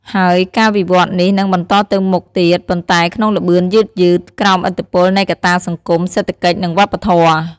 ហើយការវិវត្តន៍នេះនឹងបន្តទៅមុខទៀត ប៉ុន្តែក្នុងល្បឿនយឺតៗ ក្រោមឥទ្ធិពលនៃកត្តាសង្គម សេដ្ឋកិច្ច និងវប្បធម៌។